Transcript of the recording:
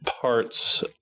parts